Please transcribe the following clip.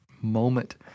moment